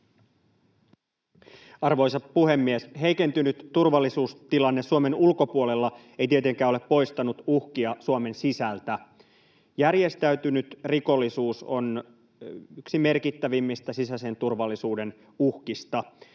Arvoisa puhemies! Heikentynyt turvallisuustilanne Suomen ulkopuolella ei tietenkään ole poistanut uhkia Suomen sisältä. Järjestäytynyt rikollisuus on yksi merkittävimmistä sisäisen turvallisuuden uhkista.